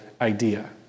idea